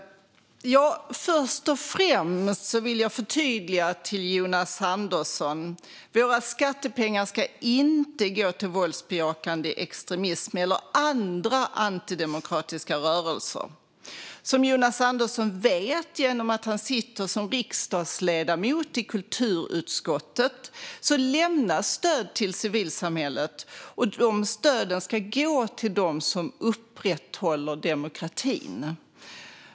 Fru talman! Först och främst vill jag förtydliga för Jonas Andersson att våra skattepengar inte ska gå till våldsbejakande extremism eller andra antidemokratiska rörelser. Som Jonas Andersson vet eftersom han sitter som riksdagsledamot i kulturutskottet lämnas stöd till civilsamhället, och det stödet ska gå till dem som upprätthåller demokratin.